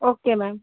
okay ma'am